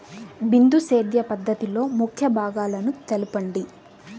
బిందు సేద్య పద్ధతిలో ముఖ్య భాగాలను తెలుపండి?